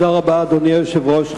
אדוני היושב-ראש,